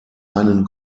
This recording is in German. einen